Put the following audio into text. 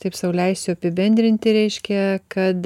taip sau leisiu apibendrinti reiškia kad